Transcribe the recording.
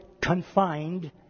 confined